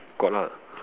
got lah